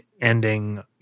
ending